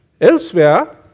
elsewhere